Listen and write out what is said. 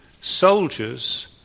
soldiers